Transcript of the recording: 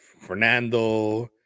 fernando